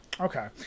Okay